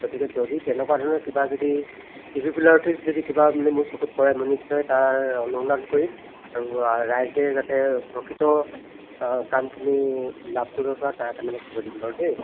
গতিকে যদি তেনকুৱা ধৰণৰ কিবা যদি যদি কিবা মানে মোৰ চকুত পৰে মই নিশ্চয় তাৰ অনুসন্ধান কৰিম আৰু ৰাইজে যাতে প্ৰকৃত কামখিনি লাভ কৰিব পাৰে তাৰ কাৰণে মই চকু দিম বাৰু দেই